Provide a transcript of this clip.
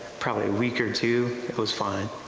probably a week or two, it was fine.